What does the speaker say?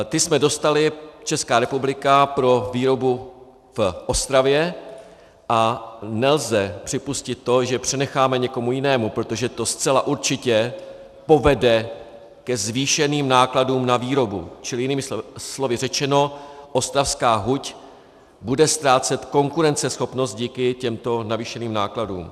Ty jsme dostali, Česká republika, pro výrobu v Ostravě a nelze připustit to, že je přenecháme někomu jinému, protože to zcela určitě povede ke zvýšeným nákladům na výrobu, čili jinými slovy řečeno, ostravská huť bude ztrácet konkurenceschopnost díky těmto navýšeným nákladům.